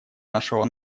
нашего